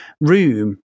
room